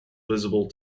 visible